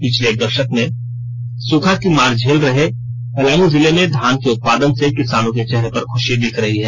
पिछले एक द ाक से सुखा की मार झेल रहे पलामु जिले में धान के उत्पादन से किसानों के चेहरे पर खुी दिख रही है